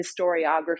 historiography